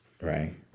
Right